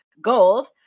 gold